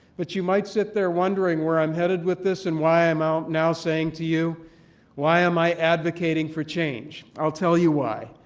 but you might sit there wondering where i'm headed with this and why i'm now saying to you why am i advocating for change. i'll tell you why.